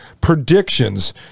predictions